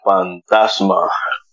Fantasma